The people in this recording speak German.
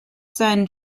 seinen